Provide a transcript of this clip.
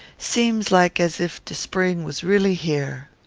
seems like as if de spring was really here.